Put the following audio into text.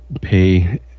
pay